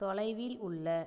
தொலைவில் உள்ள